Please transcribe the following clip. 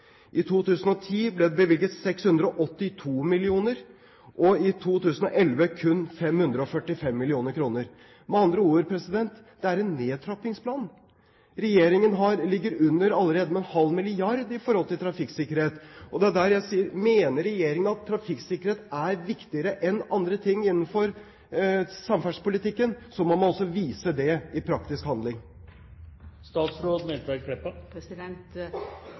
I 2010 ble det bevilget 682 mill. kr og i 2011 kun 545 mill. kr. Med andre ord: Det er en nedtrappingsplan. Regjeringen ligger allerede under med ½ mrd. kr i forhold til trafikksikkerhet. Hvis regjeringen mener at trafikksikkerhet er viktigere enn andre ting innenfor samferdselspolitikken, må man også vise det i praktisk